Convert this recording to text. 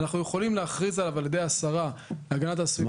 השרה להגנת הסביבה יכולה להכריז עליו כתחום מוגן.